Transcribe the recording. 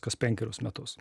kas penkerius metus